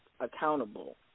accountable